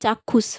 চাক্ষুষ